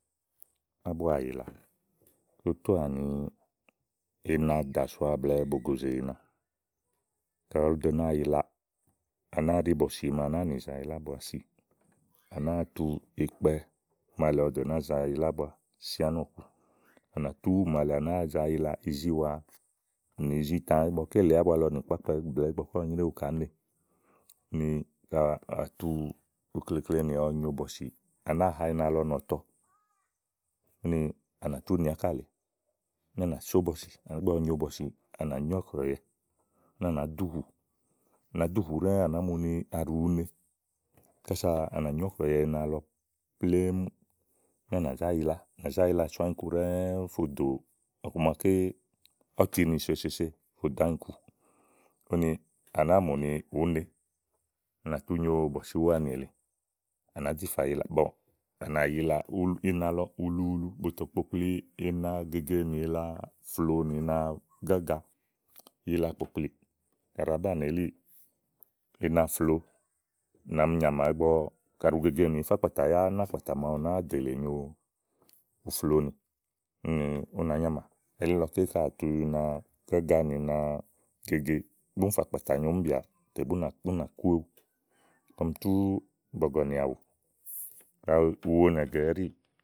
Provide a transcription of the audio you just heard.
ábua àyila kó túàni inadàsoa blɛ̀ɛ bògòzè ìna kàɖi òó ɖo nàáa yilaa, à nàáa ɖí bɔ̀sìmàa lèe ɔwɔ ɖò nàáa za yila ábua si à nàáa tu ikpɛ màa lèe ɔwɔ dò nàáa za yila ábua si ánɔ̀ku. à nà tú màa lèe ɔwɔ ɖò nàáa za yila izíwàa nì izítà ígbɔké lèe ábua kɔ nì kpo ákpɛ̀ blɛ̀ɛ ígbɔké lèe ɔwɔ nyeréwu kàá nè úni ka à tu ukleklenì ɔwɔ nyo bɔ̀sì, à nàáa na ìna lɔ nɔ̀tɔ úni ànà tú nì ákà lèe. úni à nà só bɔ̀sì, ígbɔ ɔwɔ nyo bɔ̀sì à nà nyó ɔ̀kùɛ̀yɛ úni à nàá duhù, à nàá duhù ɖɛ́ɛ́ à nàá mu ni aɖu ùú ne kása à ná nyó ɔ̀kùɛ̀yɛ ina lɔ plémú úni à nà zá yila, à nà zá yila sò ányiku ɖɛ́ɛ fo dò ɔku maké ɔwɔ tìnì sò èsèse fò dò ányiku úni à náa mù ni ùú ne úni à nà tú nyo bɔ̀sì úwaanì èle à nà yila ina lɔ ulu ulu, bùtò kpòkpli ina gege ní ina floò nì ina gága yila kpòkpliì. kaɖi àá banìi elíì inafloò nà mi nyàmà ígbɔ kàɖi ugegenì ìí fa kpàtà yá náàkpàtà màawu nàáa ɖélé nyo ùflòonì úni ú nàá nyamà elílɔké kàɖi à tu ina gága ní inagege búni fò kpàtà nyo míìbìà tè bú nà kú éwu. kɔm tú bɔ̀gɔ̀nì àwù kaɖi uwo nɛgɛ ɛɖíì.